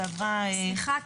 סליחה.